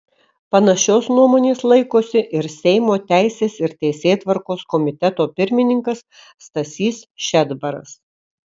panašios nuomonės laikosi ir seimo teisės ir teisėtvarkos komiteto pirmininkas stasys šedbaras